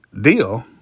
deal